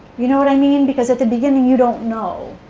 you know what i mean? because at the beginning, you don't know.